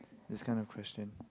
this kind of question